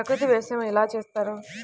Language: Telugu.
ప్రకృతి వ్యవసాయం ఎలా చేస్తారు?